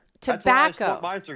Tobacco